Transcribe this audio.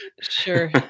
Sure